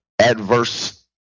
adverse